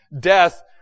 death